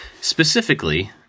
specifically